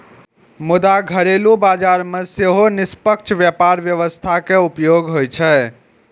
मुदा घरेलू बाजार मे सेहो निष्पक्ष व्यापार व्यवस्था के उपयोग होइ छै